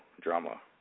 drama